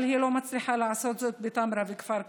אבל היא לא מצליחה לעשות זאת בטמרה ובכפר קאסם.